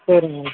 சரிங்க